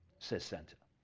says santa,